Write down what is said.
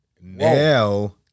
Now